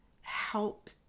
Help